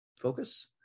focus